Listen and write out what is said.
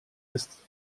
ist